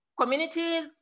communities